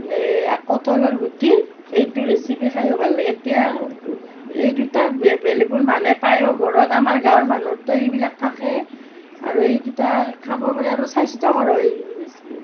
কঁঠালৰ গুটিৰ এইটো ৰেচিপি খাইও ভাল লাগে এতিয়া এই দুটা এভেইলেবল মানে পায়ো ঘৰত আমাৰ গাঁৱৰ মানুহৰতো এইবিলাক থাকেই আৰু এই দুটা খাব পাৰি আৰু স্বাস্থ্যকৰো হয় ৰেচিপি